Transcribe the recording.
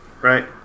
Right